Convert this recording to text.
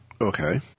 Okay